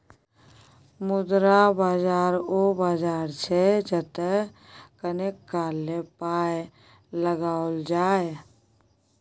मुद्रा बाजार ओ बाजार छै जतय कनेक काल लेल पाय लगाओल जाय